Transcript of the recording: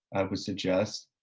would suggest,